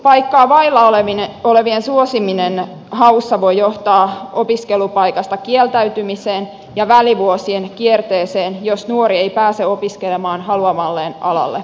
korkeakoulupaikkaa vailla olevien suosiminen haussa voi johtaa opiskelupaikasta kieltäytymiseen ja välivuosien kierteeseen jos nuori ei pääse opiskelemaan haluamalleen alalle